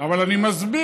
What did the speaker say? אבל אני מסביר.